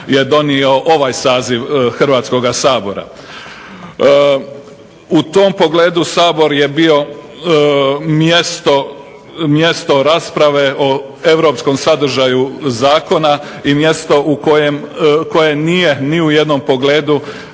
je donio ovaj saziv Hrvatskog sabora. U tom pogledu Sabor je bio mjesto rasprave o europskom sadržaju zakona i mjesto koje nije ni u jednom pogledu